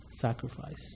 sacrifice